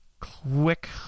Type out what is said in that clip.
quick